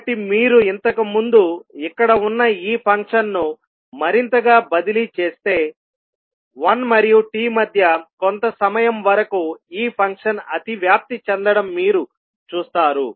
కాబట్టి మీరు ఇంతకుముందు ఇక్కడ ఉన్న ఈ ఫంక్షన్ను మరింతగా బదిలీ చేస్తే 1 మరియు t మధ్య కొంత సమయం వరకు ఈ ఫంక్షన్ అతివ్యాప్తి చెందడం మీరు చూస్తారు